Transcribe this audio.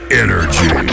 energy